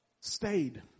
stayed